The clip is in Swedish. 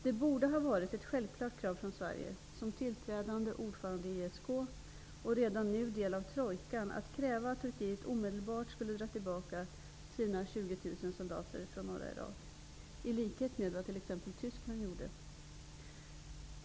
Det borde ha varit ett självklart krav från Sverige, som tillträdande ordförandeland i ESK, och redan nu en del av trojkan, att kräva att Turkiet omedelbart drar tillbaka sina ca 20 000 soldater från norra Irak, som exempelvis Tyskland gjorde.